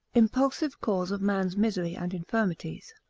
impulsive cause of man's misery and infirmities.